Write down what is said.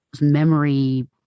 memory